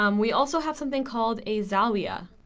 um we also have something called a zawiya.